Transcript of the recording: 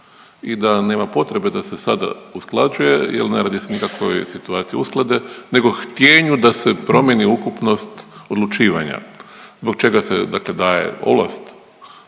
i da nema potrebe da se sada usklađuje jer ne radi se o nikakvoj situaciji usklade nego htijenju da se promijeni ukupnost odlučivanja. Zbog čega se dakle daje